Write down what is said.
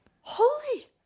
Holy